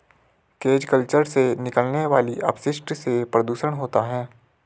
cage culture से निकलने वाले अपशिष्ट से प्रदुषण होता है